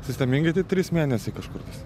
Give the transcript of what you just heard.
sistemingaitai trys mėnesiai kažkur tais